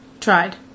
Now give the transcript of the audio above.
Tried